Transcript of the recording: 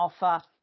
offer